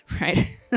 right